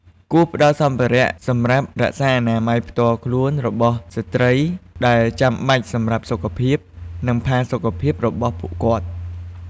គួរផ្ដល់សម្ភារៈសម្រាប់រក្សាអនាម័យផ្ទាល់ខ្លួនរបស់ស្ត្រី ដែលចាំបាច់សម្រាប់សុខភាព និងផាសុកភាពរបស់ពួកគាត់។